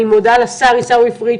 אני מודה לשר עיסאווי פריג',